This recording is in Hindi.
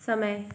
समय